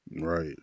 Right